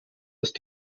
ist